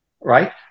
right